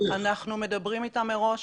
אנחנו מדברים אתם מראש,